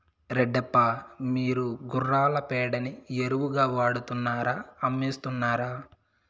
రెడ్డప్ప, మీరు గుర్రాల పేడని ఎరువుగా వాడుతున్నారా అమ్మేస్తున్నారా